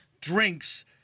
drinks